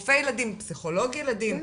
רופא ילדים, פסיכולוג ילדים,